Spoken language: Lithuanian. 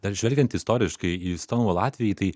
net žvelgiant istoriškai į stonvol atvejį tai